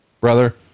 brother